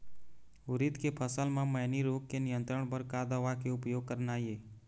उरीद के फसल म मैनी रोग के नियंत्रण बर का दवा के उपयोग करना ये?